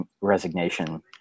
resignation